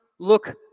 Look